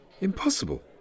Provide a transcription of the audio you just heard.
Impossible